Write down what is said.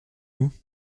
vous